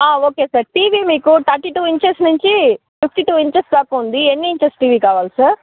okay sir TV మీకు thirty two inches నుంచి fifty two inches దాకా వస్తుంది ఎన్ని ఇంచెస్ టీవీ కావాలి సార్